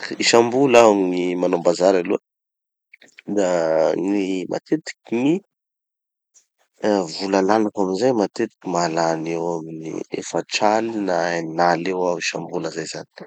Isambola aho gny manao bazary aloha. Da gny, matetiky gny ah vola laniko amizay matetiky mahalany eo amin'ny efatraly na eninaly eo aho isambola zay zany.